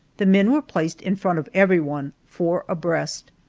the men were placed in front of everyone, four abreast,